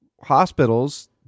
hospitals